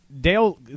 Dale